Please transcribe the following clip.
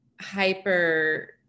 hyper